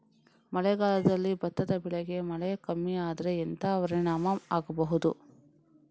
ಮಳೆಗಾಲದಲ್ಲಿ ಭತ್ತದ ಬೆಳೆಗೆ ಮಳೆ ಕಮ್ಮಿ ಆದ್ರೆ ಎಂತ ಪರಿಣಾಮ ಆಗಬಹುದು?